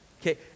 Okay